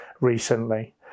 recently